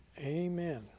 Amen